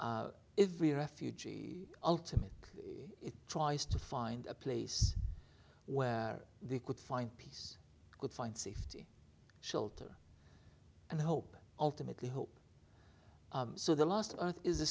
we refugee ultimate it tries to find a place where they could find peace could find safety shelter and hope ultimately hope so the last earth is a